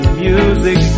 music